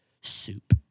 soup